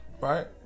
Right